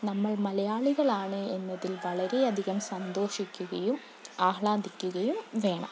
നമ്മൾ മലയാളികളാണ് എന്നതിൽ വളരെയധികം സന്തോഷിക്കുകയും ആഹ്ളാദിക്കുകയും വേണം